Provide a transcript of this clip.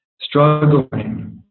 struggling